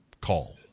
call